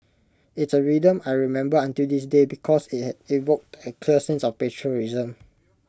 it's A rhythm I remember until this day because IT had evoked A clear sense of patriotism